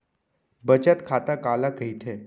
बचत खाता काला कहिथे?